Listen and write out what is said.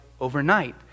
overnight